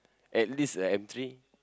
at least a M three